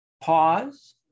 Pause